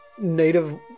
native